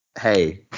Hey